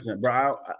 bro